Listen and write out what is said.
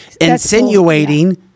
Insinuating